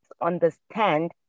understand